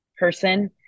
person